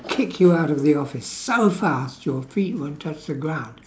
kick you out of the office so fast your feet won't touch the ground